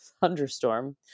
thunderstorm